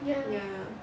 ya